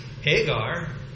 Hagar